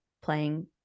playing